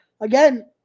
Again